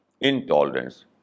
intolerance